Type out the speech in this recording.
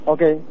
Okay